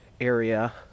area